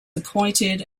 appointed